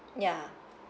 ya